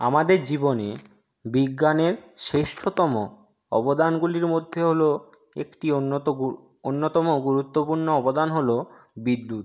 আমাদের জীবনে বিজ্ঞানের শ্রেষ্ঠতম অবদানগুলির মধ্যে হল একটি উন্নত অন্যতম গুরুত্বপূর্ণ অবদান হল বিদ্যুৎ